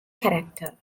character